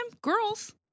Girls